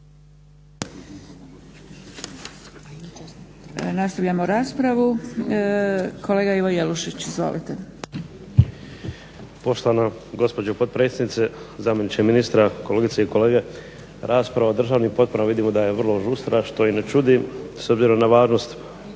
Nastavljamo raspravu. Kolega Ivo Jelušić. Izvolite. **Jelušić, Ivo (SDP)** Poštovana gospođo potpredsjednice, zamjeniče ministra, kolegice i kolege. Rasprava o državnim potporama vidimo da je vrlo žustra što i ne čudi s obzirom na važnost